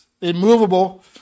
immovable